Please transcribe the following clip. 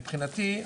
מבחינתי,